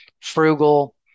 frugal